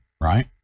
right